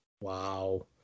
Wow